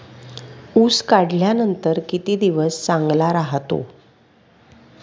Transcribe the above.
ऊस काढल्यानंतर किती दिवस चांगला राहतो?